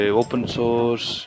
open-source